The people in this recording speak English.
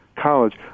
college